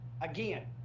again